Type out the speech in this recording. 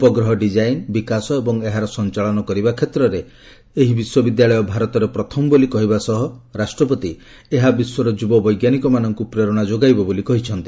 ଉପଗ୍ରହ ଡିକାଇନ୍ ବିକାଶ ଏବଂ ଏହାର ସଞ୍ଚାଳନ କରିବା କ୍ଷେତ୍ରରେ ସେହି ବିଶ୍ୱବିଦ୍ୟାଳୟ ଭାରତରେ ପ୍ରଥମ ବୋଲି କହିବା ସହ ରାଷ୍ଟ୍ରପତି ଏହା ବିଶ୍ୱର ଯୁବ ବୈଜ୍ଞାନିକମାନଙ୍କୁ ପ୍ରେରଣା ଯୋଗାଇବ ବୋଲି କହିଚ୍ଚନ୍ତି